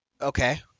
Okay